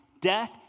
death